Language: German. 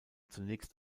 zunächst